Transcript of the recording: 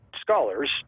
scholars